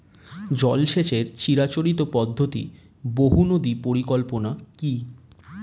জল সেচের চিরাচরিত পদ্ধতি বহু নদী পরিকল্পনা কি?